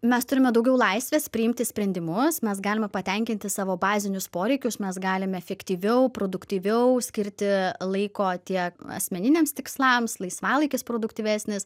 mes turime daugiau laisvės priimti sprendimus mes galime patenkinti savo bazinius poreikius mes galim efektyviau produktyviau skirti laiko tiek asmeniniams tikslams laisvalaikis produktyvesnis